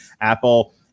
Apple